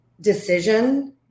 decision